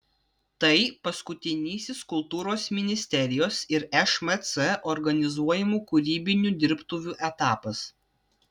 tai paskutinysis kultūros ministerijos ir šmc organizuojamų kūrybinių dirbtuvių etapas